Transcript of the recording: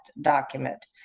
document